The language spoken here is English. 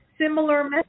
similar